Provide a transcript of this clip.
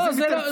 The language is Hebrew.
אז הם ייכנסו.